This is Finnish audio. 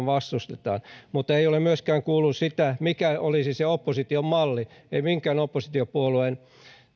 vastustetaan mutta ei ole myöskään kuulunut sitä mikä olisi se opposition malli ei minkään oppositiopuolueen